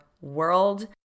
world